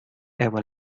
ever